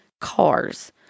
cars